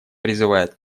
призывает